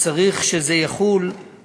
שצריך שזה יחול,